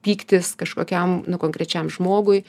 pyktis kažkokiam konkrečiam žmogui